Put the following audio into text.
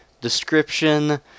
description